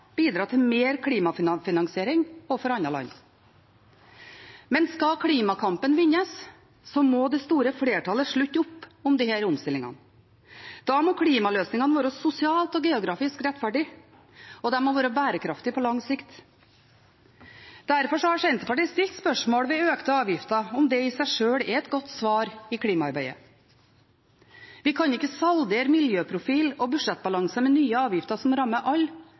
bidra til mer klimafinansiering overfor andre land. Skal klimakampen vinnes, må det store flertallet slutte opp om disse omstillingene. Da må klimaløsningene være sosialt og geografisk rettferdige, og de må være bærekraftige på lang sikt. Derfor har Senterpartiet stilt spørsmål ved økte avgifter, om det i seg sjøl er et godt svar i klimaarbeidet. Vi kan ikke saldere miljøprofil og budsjettbalanse med nye avgifter som rammer